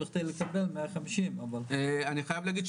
בכדי לקבל 150 אבל -- אני חייב להגיד,